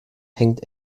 hängt